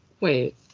Wait